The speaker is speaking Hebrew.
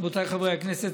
רבותיי חברי הכנסת,